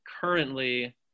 currently